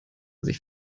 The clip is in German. sich